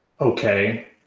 okay